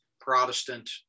Protestant